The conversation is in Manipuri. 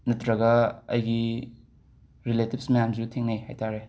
ꯅꯠꯇ꯭ꯔꯒ ꯑꯩꯒꯤ ꯔꯤꯂꯦꯇꯤꯕꯁ ꯃꯌꯥꯝꯁꯨ ꯊꯦꯡꯅꯩ ꯍꯥꯏꯇꯥꯔꯦ